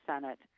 Senate